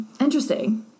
Interesting